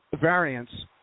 variants